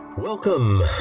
Welcome